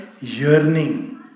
Yearning